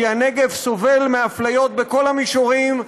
כי הנגב סובל מאפליות בכל המישורים,